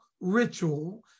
ritual